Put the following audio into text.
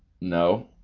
no